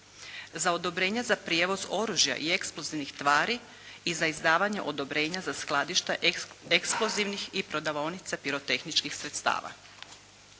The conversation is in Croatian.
za odobrenja za prijevoz oružja i eksplozivnih tvari i za izdavanje odobrenja za skladišta eksplozivnih i prodavaonica pirotehničkih sredstava.